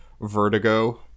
vertigo